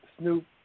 Snoop